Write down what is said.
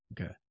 Okay